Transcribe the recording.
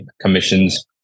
commissions